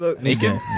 Naked